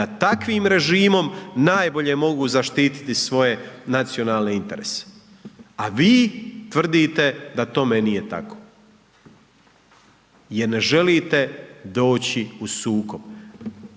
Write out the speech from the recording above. da takvim režimom najbolje mogu zaštiti svoje nacionalne interese. A vi tvrdite da tome nije tako jer ne želite doći u sukob.